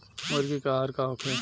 मुर्गी के आहार का होखे?